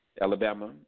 Alabama